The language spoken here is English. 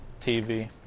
TV